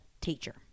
teacher